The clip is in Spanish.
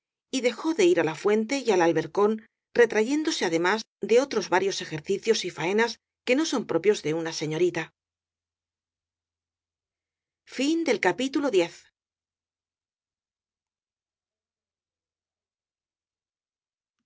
y dejó de ir á la fuente y al albercón retrayéndose además de otros varios ejercicios y faenas que no son pro pios de una señorita